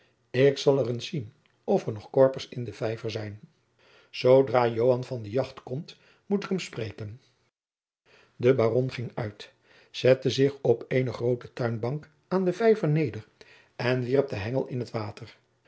ik zal eens zien of er nog korpers in den vijver zijn zoodra joan van de jacht komt moet ik hem spreken de baron ging uit zette zich op eene groote tuinbank aan den vijver neder en wierp den hengel in t water